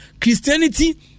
Christianity